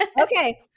okay